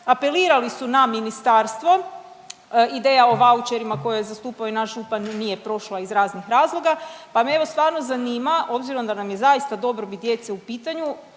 apelirali su na ministarstvo, ideja o vaučerima koje zastupa naš župan nije prošla iz raznih razloga, pa me evo, stvarno zanima, obzira da nam je zaista dobrobit djece u pitanju,